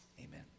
Amen